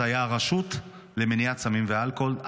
זו הייתה הרשות למניעת סמים ואלכוהול,